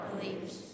beliefs